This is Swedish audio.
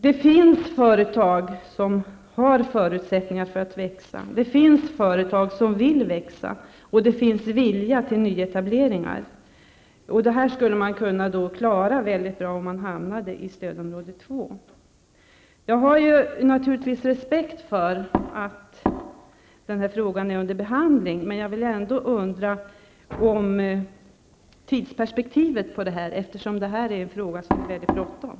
Det finns företag som har förutsättningar att växa och som vill växa, och det finns vilja till nyetableringar. Detta skulle man kunna klara mycket bra om man hamnade i stödområde 2. Jag har naturligtvis respekt för att denna fråga är under behandling, men jag undrar ändå om tidsperspektivet i detta sammanhang, eftersom denna fråga är mycket brådskande.